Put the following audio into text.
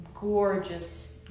gorgeous